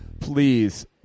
Please